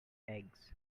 eggs